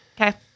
Okay